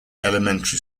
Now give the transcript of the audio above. elementary